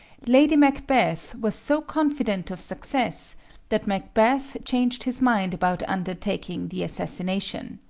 lady macbeth was so confident of success that macbeth changed his mind about undertaking the assassination.